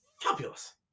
Fabulous